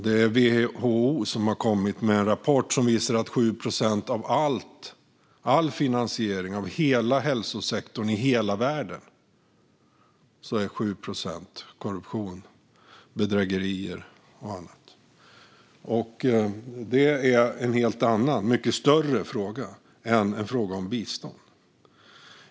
Det är WHO som har kommit med en rapport som visar att 7 procent av all finansiering av hela hälsosektorn i hela världen är korruption, bedrägerier och annat. Det är en helt annan, mycket större fråga än en fråga om bistånd.